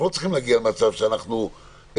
אנחנו לא צריכים להגיע למצב שאנחנו נגדכם